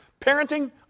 Parenting